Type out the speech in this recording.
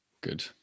Good